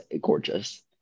gorgeous